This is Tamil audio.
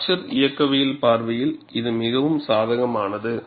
பிராக்சர் இயக்கவியல் பார்வையில் இது மிகவும் சாதகமானது